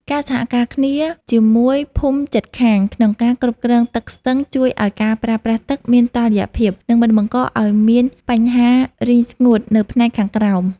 ការសហការគ្នាជាមួយភូមិជិតខាងក្នុងការគ្រប់គ្រងទឹកស្ទឹងជួយឱ្យការប្រើប្រាស់ទឹកមានតុល្យភាព និងមិនបង្កឱ្យមានបញ្ហារីងស្ងួតនៅផ្នែកខាងក្រោម។